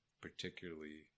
particularly